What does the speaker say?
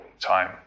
time